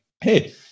hey